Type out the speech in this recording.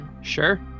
Sure